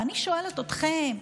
ואני שואלת אתכם: